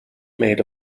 made